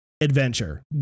adventure